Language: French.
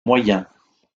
moyens